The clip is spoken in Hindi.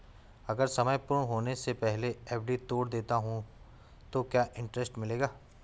अगर समय पूर्ण होने से पहले एफ.डी तोड़ देता हूँ तो क्या इंट्रेस्ट मिलेगा?